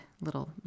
little